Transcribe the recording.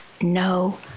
no